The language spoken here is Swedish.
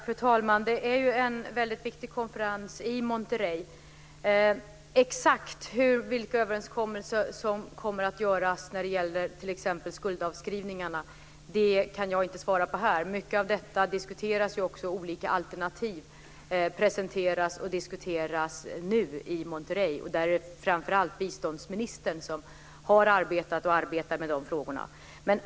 Fru talman! Det är en väldigt viktig konferens i Monterrey. Exakt vilka överenskommelser som kommer att göras, när det gäller t.ex. skuldavskrivningarna, kan jag inte svara på här. Mycket av detta diskuteras. Olika alternativ presenteras och diskuteras nu i Monterrey. Det är framför allt biståndsministern som har arbetat och arbetar med dessa frågor.